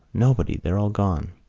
nobody. they're all gone.